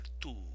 two